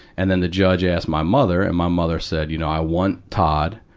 and then the judge asked my mother, and my mother said, you know, i want todd.